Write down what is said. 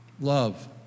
Love